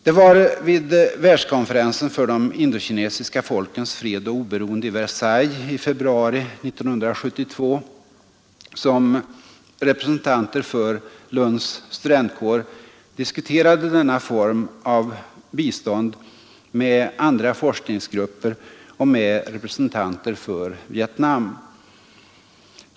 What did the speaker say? Det var vid Världskonferensen för de indokinesiska folkens fred och oberoende i Versailles i februari 1972 som representanter för Lunds studentkår diskuterade denna form av bistånd med andra forskningsgrupper och med representanter för Vietnam.